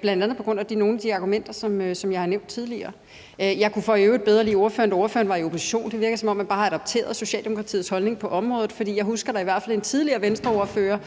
bl.a. på baggrund af nogle af de argumenter, som jeg har nævnt tidligere. Jeg kunne i øvrigt bedre lide ordføreren, da ordføreren var i opposition. Det virker, som om man bare har adopteret Socialdemokratiets holdning på området, for jeg husker da i hvert fald en tidligere Venstreordfører